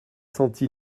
senti